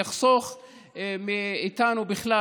יחסוך מאיתנו בכלל,